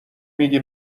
میگی